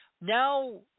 now